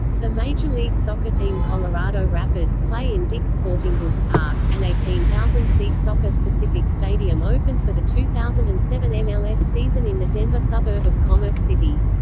the major league soccer team colorado rapids play in dick's sporting goods park, an eighteen thousand seat soccer-specific stadium opened for the two thousand and seven mls ah season in the denver suburb of commerce city.